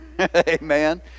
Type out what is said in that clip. Amen